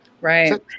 Right